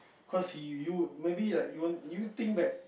cause he you maybe you think that